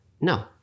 No